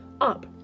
up